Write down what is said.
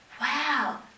wow